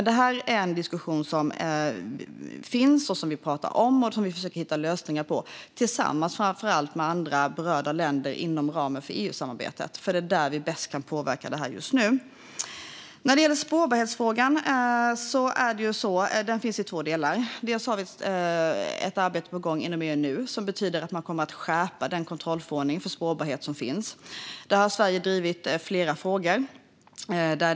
Detta är en diskussion som förs och som vi försöker att hitta lösningar i, framför allt tillsammans med andra berörda länder inom ramen för EU-samarbetet. Det är där vi bäst kan påverka detta just nu. När det gäller spårbarhetsfrågan finns det två delar. Vi har nu ett arbete på gång inom EU som betyder att man kommer att skärpa den kontrollförordning för spårbarhet som finns. Där har Sverige drivit flera frågor.